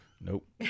Nope